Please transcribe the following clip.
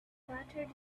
scattered